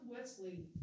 Wesley